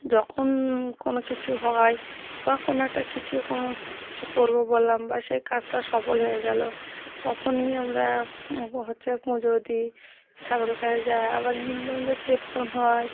যখন কোনো কিছু হয় বা কোনো একটা কিছু কোনো কিছু করব বললাম বা সেই কাজটা সফল হয়ে গেল তখনই আমরা হচ্ছে পুজো দিই ঠাকুরের কাছে যাই আবার হিন্দুদের মধ্যে কীর্তন হয়